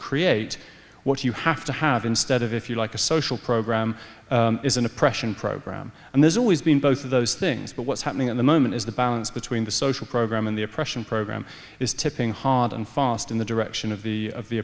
create what you have to have instead of if you like a social program is an oppression program and there's always been both of those things but what's happening at the moment is the balance between the social program and the oppression program is tipping hard and fast in the direction of the of the